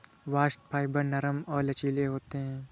bast fibre नरम और लचीले होते हैं